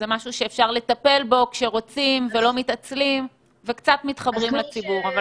זה משהו שאפשר לטפל בו כשרוצים ולא מתעצלים וקצת מתחברים לציבור.